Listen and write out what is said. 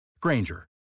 Granger